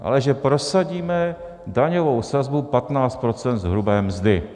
Ale že prosadíme daňovou sazbu 15 % z hrubé mzdy.